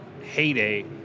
heyday